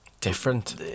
different